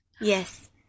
Yes